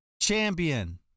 champion